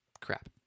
crap